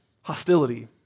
hostility